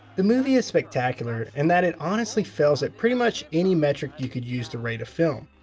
the movie is spectacular in that it honestly fails at pretty much any metric you could use to rate of film.